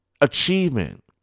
achievement